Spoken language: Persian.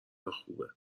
خوبه